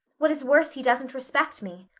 what is worse, he doesn't respect me.